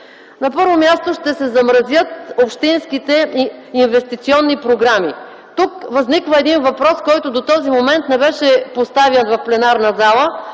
На първо място, ще се замразят общинските и инвестиционните програми. Тук възниква въпрос, който до момента не беше поставен в пленарната зала,